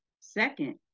Second